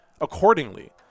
accordingly